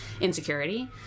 insecurity